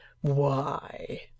Why